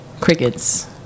crickets